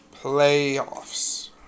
playoffs